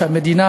שהמדינה